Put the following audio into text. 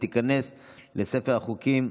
והיא תיכנס לספר החוקים.